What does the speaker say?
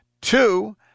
Two